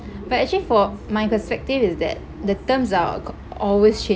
but actually for my perspective is that the terms are co~ always